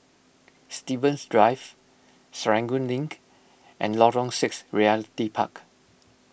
Stevens Drive Serangoon Link and Lorong six Realty Park